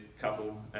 couple